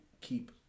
keep